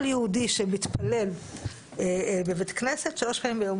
כל יהודי שמתפלל בבית כנסת שלוש פעמים ביום,